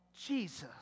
Jesus